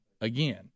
again